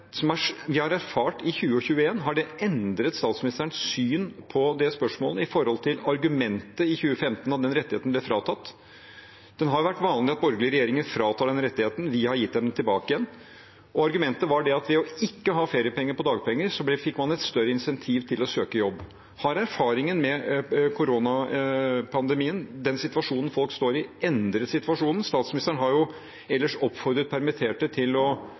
spørsmålet, i forhold til argumentet i 2015 da den rettigheten ble fratatt? Det har vært vanlig at borgerlige regjeringer fratar den rettigheten – vi har gitt den tilbake igjen – og argumentet var at ved ikke å ha feriepenger på dagpenger fikk man et større insentiv til å søke jobb. Har erfaringen med koronapandemien, den situasjonen folk står i, endret situasjonen? Statsministeren har ellers oppfordret permitterte til å